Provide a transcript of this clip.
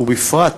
ובפרט